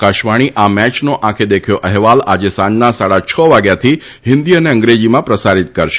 આકાશવાણી આ મેચનો આંખે દેખ્યો અહેવાલ આજે સાંજના સાડા છ વાગ્યાથી હિંદી અને અંગ્રેજીમાં પ્રસારીત કરશે